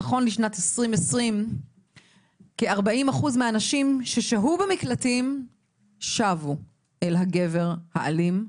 שנכון לשנת 2020 כ-40% מהנשים ששהו במקלטים שבו אל הגבר המכה והאלים,